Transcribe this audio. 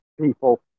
people